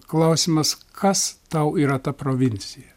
klausimas kas tau yra ta provincija